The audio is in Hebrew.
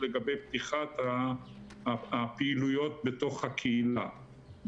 לגבי פתיחת הפעילויות בתוך הקהילה.